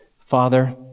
Father